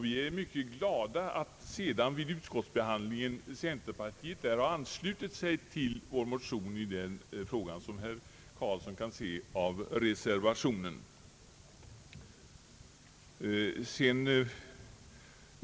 Vi är mycket glada över att centerpartiet sedan vid utskottsbehandlingen har anslutit sig till vår motion i den frågan, som herr Karlsson kan se av reservationerna.